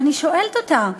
אני שואלת אותה,